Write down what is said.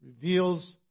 reveals